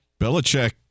Belichick